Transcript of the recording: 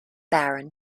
baron